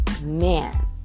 Man